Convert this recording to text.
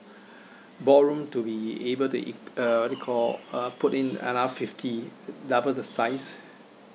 ballroom to be able to in~ uh what do you call uh put in another fifty double the size